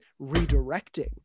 redirecting